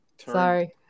Sorry